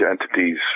entities